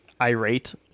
irate